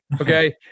Okay